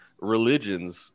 religions